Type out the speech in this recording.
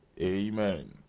amen